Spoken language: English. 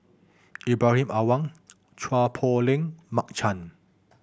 Ibrahim Awang Chua Poh Leng Mark Chan